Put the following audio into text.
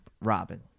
Robin